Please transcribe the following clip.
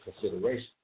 consideration